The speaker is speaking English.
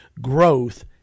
growth